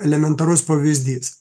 elementarus pavyzdys